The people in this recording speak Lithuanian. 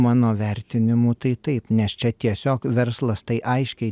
mano vertinimu tai taip nes čia tiesiog verslas tai aiškiai